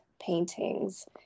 paintings